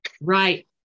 Right